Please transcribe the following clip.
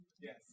Yes